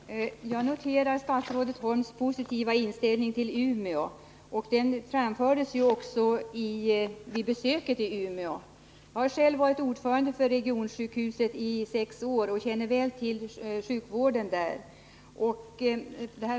Herr talman! Jag noterar statsrådet Holms positiva inställning till Umeå. Den framfördes ju också vid statsrådets besök i Umeå. Jag har själv varit ordförande för regionsjukhuset i sex år och känner väl till sjukvården där.